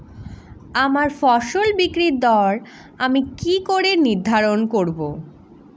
আমার ফসল বিক্রির দর আমি কি করে নির্ধারন করব?